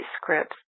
scripts